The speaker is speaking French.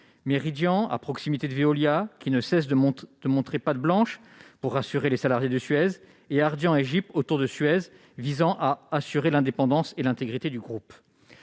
Meridiam, à proximité de Veolia, ne cesse de montrer patte blanche pour rassurer les salariés de Suez, tandis qu'Ardian et GIP, autour de Suez, affirment vouloir assurer l'indépendance et l'intégrité du groupe.